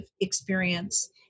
experience